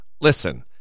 Listen